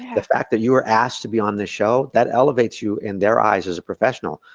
the fact that you were asked to be on this show, that elevates you in their eyes as a professional.